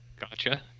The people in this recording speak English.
gotcha